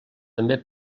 també